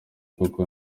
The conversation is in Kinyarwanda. kuko